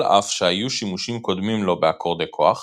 על אף שהיו שימושים קודמים לו באקורדי כוח,